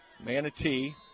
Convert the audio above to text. Manatee